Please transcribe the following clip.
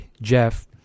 Jeff